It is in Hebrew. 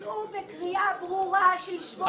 תצאו בקריאה ברורה שיישבו איתנו כאן ועכשיו.